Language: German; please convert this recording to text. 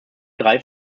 drei